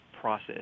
process